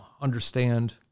understand